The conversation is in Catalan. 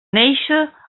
néixer